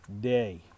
day